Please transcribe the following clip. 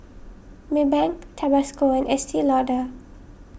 Maybank Tabasco and Estee Lauder